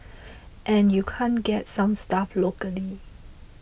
and you can't get some stuff locally